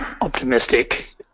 optimistic